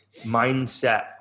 mindset